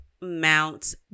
Mount